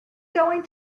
going